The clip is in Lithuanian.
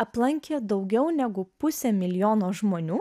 aplankė daugiau negu pusė milijono žmonių